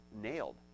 nailed